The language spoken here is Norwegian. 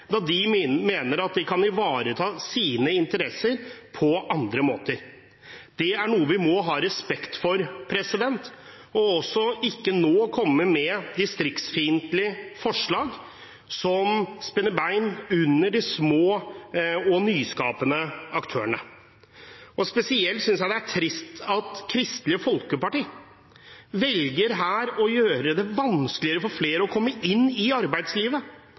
da de mener de kan ivareta sine interesser på andre måter. Det må vi ha respekt for, og vi må ikke nå komme med distriktsfiendtlige forslag som spenner bein under de små og nyskapende aktørene. Det er spesielt trist, synes jeg, at Kristelig Folkeparti velger her å gjøre det vanskeligere for flere å komme inn i arbeidslivet: